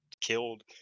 killed